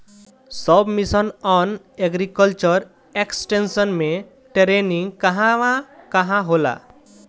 सब mission on agriculture extension मै टेरेनीं कहवा कहा होला?